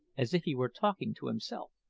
as if he were talking to himself.